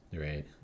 right